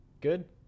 good